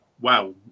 wow